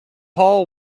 hull